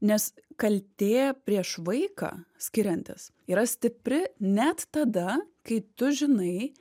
nes kaltė prieš vaiką skiriantis yra stipri net tada kai tu žinai